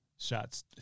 shots